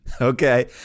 Okay